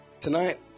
Tonight